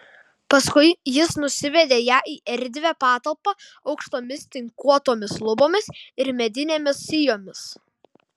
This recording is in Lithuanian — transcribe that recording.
paskui jis nusivedė ją į erdvią patalpą aukštomis tinkuotomis lubomis ir medinėmis sijomis